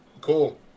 cool